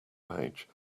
page